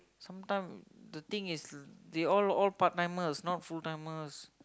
sometime the thing is they all all part timers not full timers